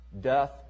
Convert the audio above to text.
death